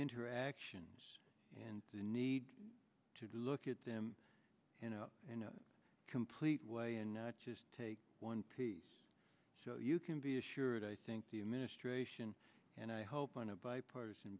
interactions and the need to look at them you know in a complete way and not just take one piece so you can be assured i think the administration and i hope on a bipartisan